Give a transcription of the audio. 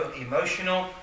emotional